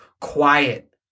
Quiet